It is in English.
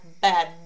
bad